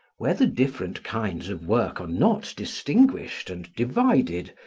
where the different kinds of work are not distinguished and divided,